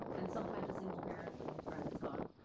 and sometimes a single parent when brandon's gone,